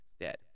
dead